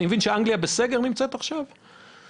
אנגליה לא נמצאת עכשיו בסגר?